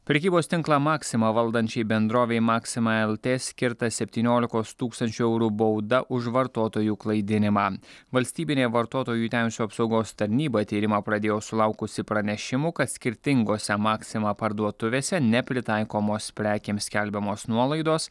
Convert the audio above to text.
prekybos tinklą maksima valdančiai bendrovei maksima lt skirta septyniolikos tūkstančių eurų bauda už vartotojų klaidinimą valstybinė vartotojų teisių apsaugos tarnyba tyrimą pradėjo sulaukusi pranešimų kad skirtingose maksima parduotuvėse nepritaikomos prekėms skelbiamos nuolaidos